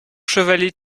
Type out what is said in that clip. chevalet